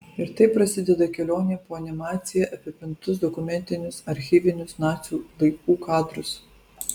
ir taip prasideda kelionė po animacija apipintus dokumentinius archyvinius nacių laikų kadrus